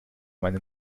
meine